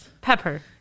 pepper